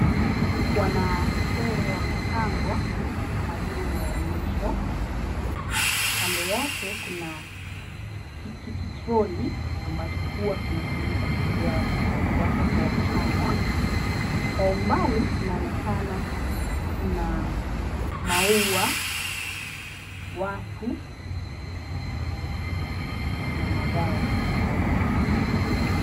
Wanasesere wamepangwa kama vile maonyesho. Kando yake kuna kitroli ambacho huwa kinatumika kubebea watoto wachanga. Kwa umbali kunaonekana kuna maua, watu na magari.